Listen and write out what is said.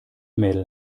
mädel